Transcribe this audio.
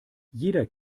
jeder